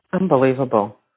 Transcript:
Unbelievable